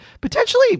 potentially